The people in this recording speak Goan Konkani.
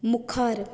मुखार